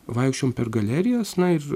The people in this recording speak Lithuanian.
vaikščiojom per galerijas na ir